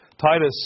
Titus